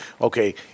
okay